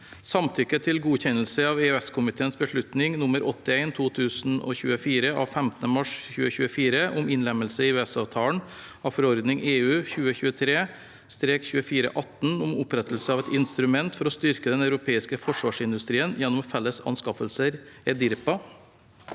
Samtykke til godkjennelse av EØS-komiteens beslutning nr. 81/2024 av 15. mars 2024 om innlemmelse i EØS-avtalen av forordning (EU) 2023/2418 om opprettelse av et instrument for å styrke den europeiske forsvarsindustrien gjennom felles anskaffelser (EDIRPA)